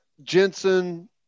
Jensen